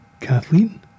Kathleen